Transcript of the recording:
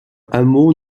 hameau